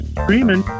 streaming